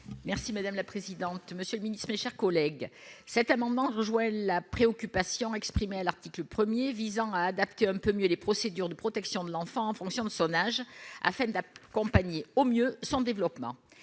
Merci madame la présidente, monsieur le Ministre, mes chers collègues, cet amendement rejoint la préoccupation exprimée à l'article 1er visant à adapter un peu mieux les procédures de protection de l'enfant en fonction de son âge afin de la compagnie au mieux son développement,